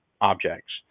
objects